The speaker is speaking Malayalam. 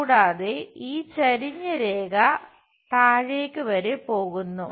കൂടാതെ ഈ ചെരിഞ്ഞ രേഖ താഴേയ്ക്ക് വരെ പോകുന്നു